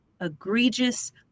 egregious